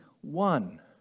one